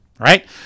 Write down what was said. right